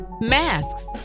Masks